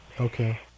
Okay